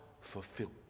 fulfilled